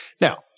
Now